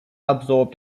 absorbed